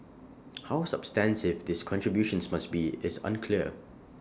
how substantive these contributions must be is unclear